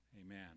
Amen